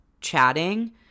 chatting